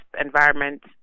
Environment